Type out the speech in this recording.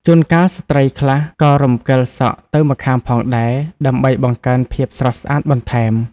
ជួនកាលស្ត្រីខ្លះក៏រំកិលសក់ទៅម្ខាងផងដែរ ដើម្បីបង្កើនភាពស្រស់ស្អាតបន្ថែម។